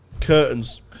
Curtains